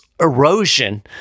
erosion